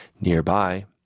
Nearby